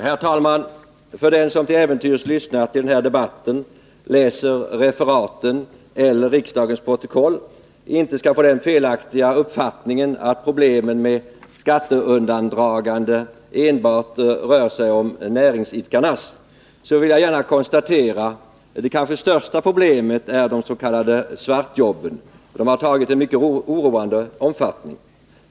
Herr talman! För att den som till äventyrs lyssnar till den här debatten, som läser referaten eller riksdagens protokoll inte skall få den felaktiga uppfattningen att problemen med skatteundandragande enbart gäller näringsidkarna vill jag konstatera att de kanske största problemen är de s.k. svartjobben. De har fått en mycket oroande omfattning.